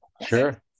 sure